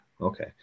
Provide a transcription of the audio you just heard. okay